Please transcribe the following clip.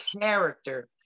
character